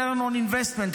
return on investment,